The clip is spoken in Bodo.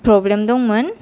प्रबलेम दंमोन